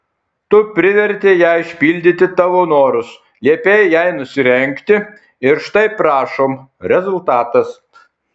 tu privertei ją išpildyti tavo norus liepei jai nusirengti ir štai prašom rezultatas